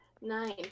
nine